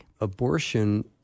abortion